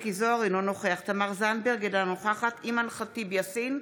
תמר זנדברג, אינה נוכחת אימאן ח'טיב יאסין,